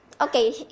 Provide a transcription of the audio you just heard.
Okay